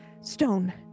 stone